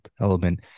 element